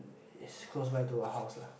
is close by to a house lah